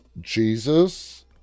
Jesus